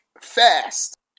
fast